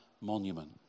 monument